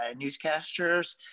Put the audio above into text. newscasters